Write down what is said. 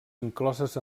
incloses